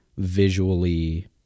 Visually